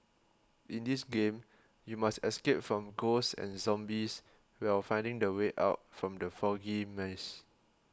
in this game you must escape from ghosts and zombies will finding the way out from the foggy maze